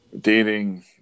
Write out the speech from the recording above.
dating